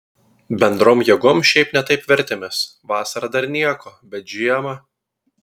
bendrom jėgom šiaip ne taip vertėmės vasarą dar nieko bet žiemą